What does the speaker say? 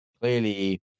clearly